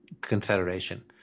Confederation